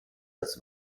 das